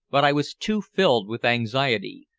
but i was too filled with anxiety,